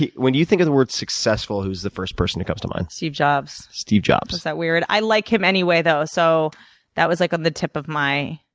when you think of the word successful, who's the first person who comes to mind? steve jobs. steve jobs. is that weird? i like him anyway, though so that was like on the tip of my,